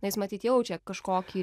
na jis matyt jaučia kažkokį